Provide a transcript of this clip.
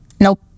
nope